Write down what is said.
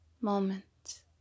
moment